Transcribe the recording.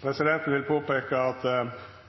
Presidenten vil påpeke at